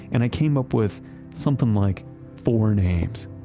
and i came up with something like four names.